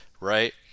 right